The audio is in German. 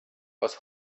aus